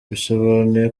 bisobanuye